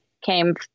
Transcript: came